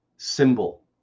symbol